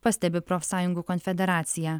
pastebi profsąjungų konfederacija